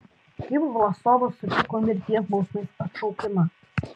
kaip vlasovas sutiko mirties bausmės atšaukimą